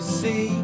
see